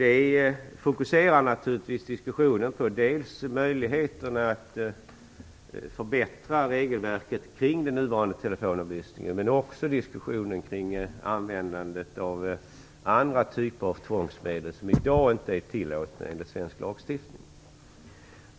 Det fokuserar diskussionen på dels möjligheten att förbättra regelverket kring den nuvarande telefonavlyssningen, dels andra typer av tvångsmedel som i dag inte är tillåtna enligt svensk lagstiftning.